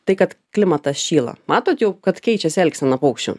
tai kad klimatas šyla matot jau kad keičiasi elgsena paukščių